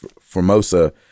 Formosa